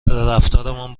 رفتارمان